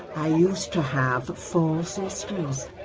i used to have four sisters.